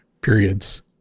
periods